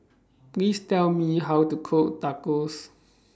Please Tell Me How to Cook Tacos